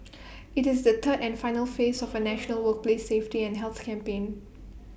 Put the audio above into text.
IT is the third and final phase of A national workplace safety and health campaign